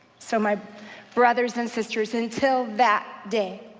so my brothers and sisters, until that day,